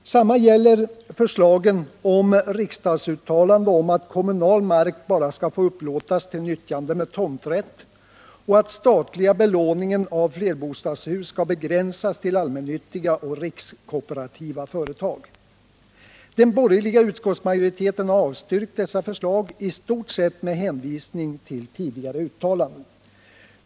Detsamma gäller förslagen om riksdagsuttalande om att kommunal mark bara skall få upplåtas till nyttjande med tomträtt och att den statliga belåningen av flerbostadshus skall begränsas till allmännyttiga och rikskooperativa företag. Den borgerliga utskottsmajoriteten har avstyrkt dessa förslag, i stort sett med hänvisning till tidigare uttalanden.